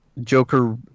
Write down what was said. Joker